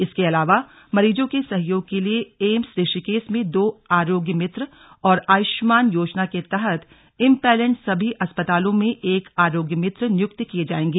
इसके अलावा मरीजों के सहयोग के लिए एम्स ऋषिकेष में दो आरोग्य मित्र और आयुष्मान योजना के तहत इम्पैनल्ड सभी अस्पतालों में एक आरोग्य मित्र नियुक्त किये जायेंगे